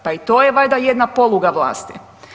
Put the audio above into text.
Pa i to je valjda jedna poluga vlasti.